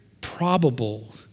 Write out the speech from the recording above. probable